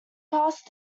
pass